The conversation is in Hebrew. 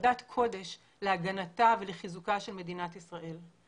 ובחרדת קודש להגנתה ולחיזוקה של מדינת ישראל.